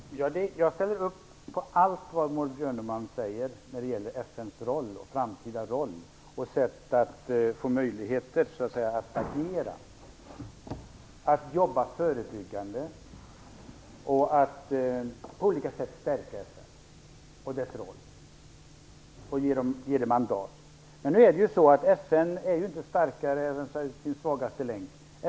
Fru talman! Jag ställer upp på allt vad Maud Björnemalm säger när det gäller FN:s framtida roll och hur FN skall få möjligheter att agera: Man skall på olika sätt stärka FN och dess roll och ge FN mandat, och FN skall jobba förebyggande. Men FN är ju inte starkare än sin svagaste länk.